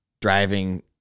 driving